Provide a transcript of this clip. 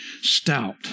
stout